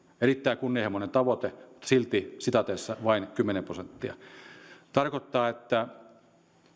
erittäin kunnianhimoinen tavoite mutta silti vain kymmenen prosenttia se tarkoittaa että